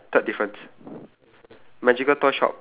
uh shine lip gloss second difference